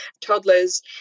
Toddlers